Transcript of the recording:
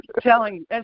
telling